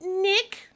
Nick